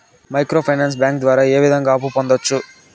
micro finance bank ద్వారా ఏ విధంగా అప్పు పొందొచ్చు